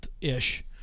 ish